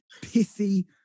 pithy